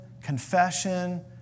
confession